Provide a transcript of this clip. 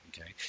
okay